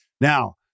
Now